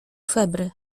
febry